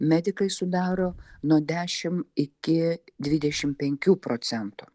medikai sudaro nuo dešim iki dvidešimt penkių procentų